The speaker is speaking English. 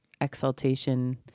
exaltation